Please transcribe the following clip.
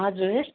हजुर